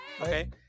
Okay